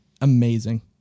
Amazing